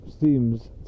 seems